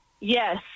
Yes